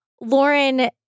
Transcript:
Lauren